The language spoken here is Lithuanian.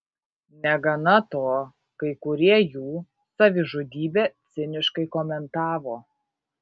negana to kai kurie jų savižudybę ciniškai komentavo